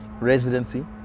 residency